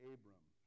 Abram